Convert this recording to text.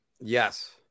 Yes